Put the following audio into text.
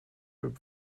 upp